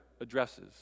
addresses